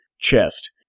chest